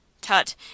Tut